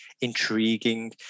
intriguing